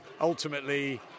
ultimately